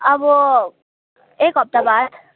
अब एक हप्ता भयो